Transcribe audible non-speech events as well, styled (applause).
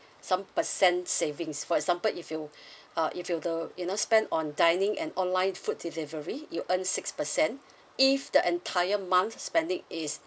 some percent savings for example if you (breath) uh if you the uh you know spend on dining and online food delivery you earn six percent if the entire month spending is